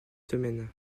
semaines